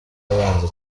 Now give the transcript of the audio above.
abanza